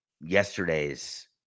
yesterday's